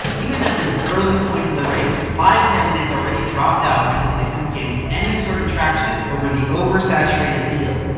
even at this early point in the race, five candidates already dropped out, because they couldn't gain any sort of traction over the oversaturated field.